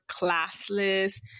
classless